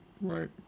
Right